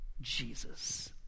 Jesus